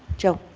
joe.